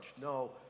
No